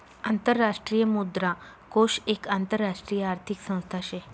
आंतरराष्ट्रीय मुद्रा कोष एक आंतरराष्ट्रीय आर्थिक संस्था शे